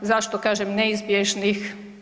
Zašto kažem neizbježnih?